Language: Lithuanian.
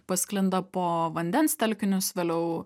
pasklinda po vandens telkinius vėliau